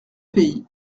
pays